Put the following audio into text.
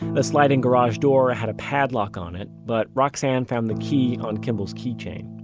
the sliding garage door had a padlock on it, but roxane found the key on kimball's keychain.